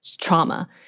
trauma